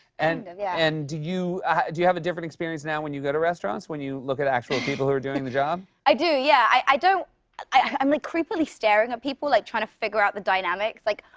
and and yeah and do you do you have a different experience now when you go to restaurants, when you look at actual people who are doing the job? i do, yeah. i don't i'm, like, creepily staring at people, like, trying to figure out the dynamics. like,